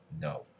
No